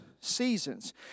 seasons